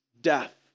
death